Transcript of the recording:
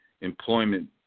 employment